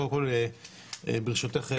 ברשותך,